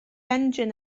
engine